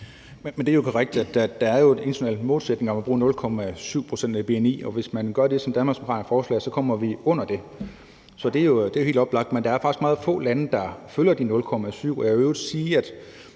Det er jo korrekt, at der er en international målsætning om at bruge 0,7 pct. af bni, og hvis man gør det, som Danmarksdemokraterne foreslår, kommer vi under det. Så det er jo helt oplagt. Men der er faktisk meget få lande, der følger det